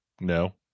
No